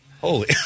Holy